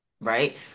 Right